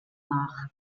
nach